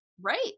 Right